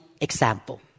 example